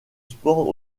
sport